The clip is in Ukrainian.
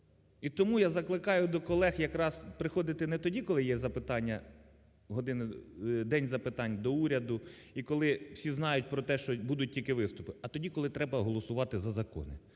І тому я закликаю до колег якраз приходити не тоді, коли є запитання… день запитань до Уряду і коли всі знають про те, що будуть тільки виступи, а тоді, коли треба голосувати за закони.